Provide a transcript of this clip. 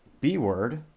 b-word